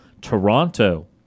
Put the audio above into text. Toronto